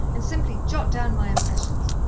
and simply jot down my impressions.